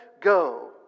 go